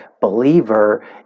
believer